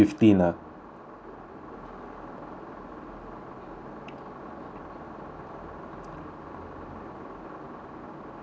um